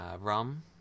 rum